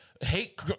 hate